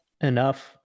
enough